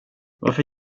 varför